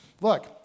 look